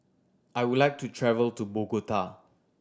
I would like to travel to Bogota